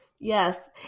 Yes